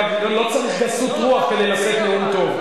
אגב, לא צריך גסות רוח כדי לשאת נאום טוב.